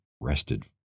rested